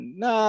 na